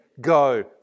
go